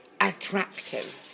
attractive